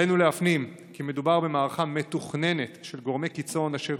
עלינו להפנים כי מדובר במערכה מתוכננת של גורמי קיצון אשר